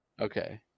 Okay